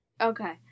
Okay